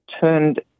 turned